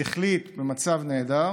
שכלית, במצב נהדר,